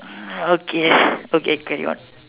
uh okay okay carry on